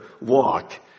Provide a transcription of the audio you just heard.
walk